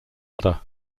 udder